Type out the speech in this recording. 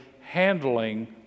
handling